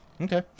Okay